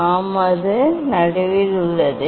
ஆம் அது நடுவில் உள்ளது